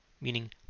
meaning